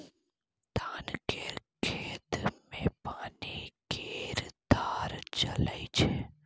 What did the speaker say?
धान केर खेत मे पानि केर धार चलइ छै